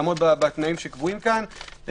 לעמוד בתנאים שקבועים כאן.